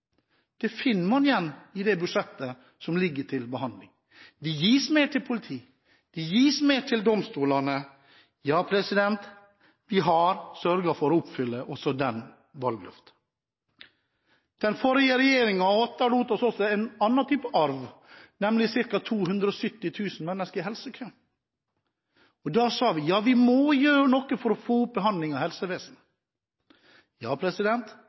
Det finner man igjen i det budsjettet som ligger til behandling. Det gis mer til politi. Det gis mer til domstolene. Ja, vi har sørget for å oppfylle også de valgløftene. Den forrige regjeringen etterlot oss også en annen type arv, nemlig ca. 270 000 mennesker i helsekø. Da sa vi: Vi må gjøre noe for få opp antall behandlinger i helsevesenet. Ja,